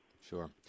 Sure